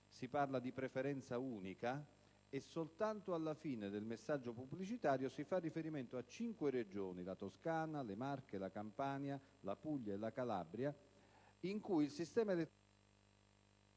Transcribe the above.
listino, di preferenza unica e soltanto alla fine del messaggio pubblicitario si fa riferimento a cinque Regioni (la Toscana, le Marche, la Campania, la Puglia e la Calabria) in cui il sistema elettorale